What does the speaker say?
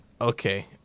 Okay